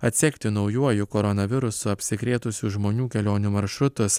atsekti naujuoju koronavirusu apsikrėtusių žmonių kelionių maršrutus